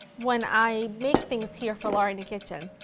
when i make things here for laura in the kitchen,